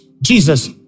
Jesus